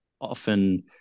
often